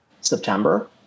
September